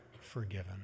forgiven